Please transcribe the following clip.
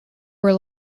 were